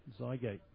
Zygate